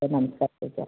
ಸರಿ ನಮ್ಸ್ಕಾರ ಟೀಚರ್